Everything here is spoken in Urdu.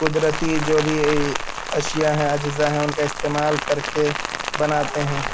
قدرتی جو بھی اشیاء ہیں اجزا ہیں ان کا استعمال کر کے بناتے ہیں